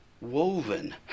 woven